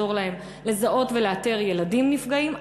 יעזור לזהות ולאתר ילדים נפגעים,